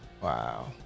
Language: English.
wow